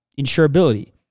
insurability